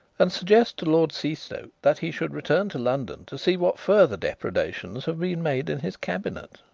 and suggest to lord seastoke that he should return to london to see what further depredations have been made in his cabinet.